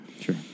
Sure